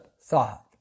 thought